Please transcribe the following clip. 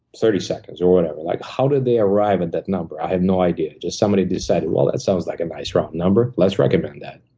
thirty seconds or whatever. like how did they arrive at that number? i have no idea. just somebody decided, well, that sounds like a nice round number. let's recommend that.